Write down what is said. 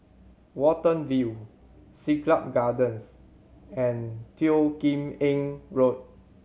Watten View Siglap Gardens and Teo Kim Eng Road